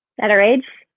at her age,